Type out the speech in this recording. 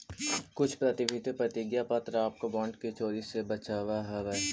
कुछ प्रतिभूति प्रतिज्ञा पत्र आपको बॉन्ड की चोरी से भी बचावअ हवअ